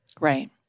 right